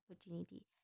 opportunity